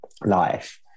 life